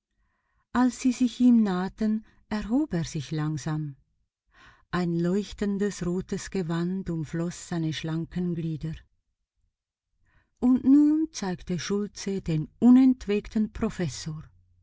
als sie sich ihm nahten erhob er sich langsam ein leuchtendes rotes gewand umfloß seine schlanken glieder und nun zeigte schultze den unentwegten professor